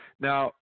Now